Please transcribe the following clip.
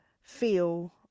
feel